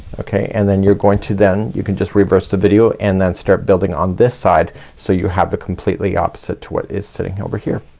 okay, and then you're going to then, you can just reverse the video and then start building on this side so you have the completely opposite to what is sitting over here.